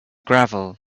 gravel